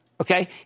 Okay